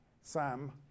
Sam